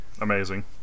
Amazing